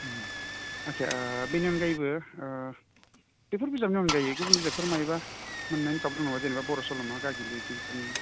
उम आदसा ओह बेनि अनगायैबो ओह बेफोर बिजाबनि अनगायै गुबुन बिजाबफोर मायबा मोन्नायनि खाबु दङ जेनेबा बर' सल'मा गागि लिरगिरिफोरनि